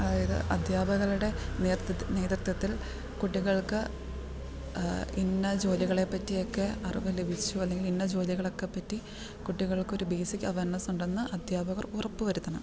അതായത് അധ്യാപകരുടെ നേതൃത്വം നേതൃത്വത്തിൽ കുട്ടികൾക്ക് ഇന്ന ജോലികളെ പറ്റിയൊക്കെ അറിവ് ലഭിച്ചു അല്ലെങ്കിൽ ഇന്ന ജോലികളൊക്കെ പറ്റി കുട്ടികൾക്ക് ഒരു ബേസിക് അവേർനസുണ്ടെന്ന് അധ്യാപകർ ഉറപ്പ് വരുത്തണം